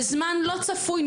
בזמן לא צפוי,